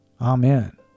Amen